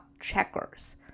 checkers